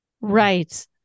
Right